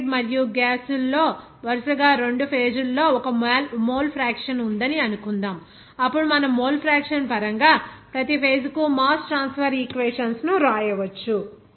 liquid మరియు gas లో వరుసగా రెండు ఫేజ్ లలో ఒక మోల్ ఫ్రాక్షన్ ఉందని అనుకుందాం అప్పుడు మనం మోల్ ఫ్రాక్షన్ పరంగా ప్రతి ఫేజ్ కు మాస్ ట్రాన్స్ఫర్ ఈక్వేషన్స్ ను వ్రాయవచ్చు